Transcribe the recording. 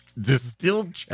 distilled